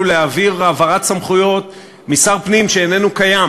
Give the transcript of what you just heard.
להעביר העברת סמכויות משר פנים שאיננו קיים.